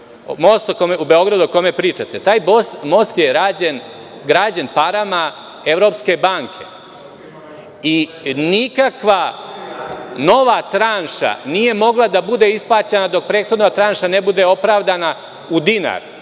ste i mene nasmejali, taj most je građen parama Evropske banke i nikakva nova tranša nije mogla da bude isplaćena dok prethodna tranša ne bude opravdana u dinar.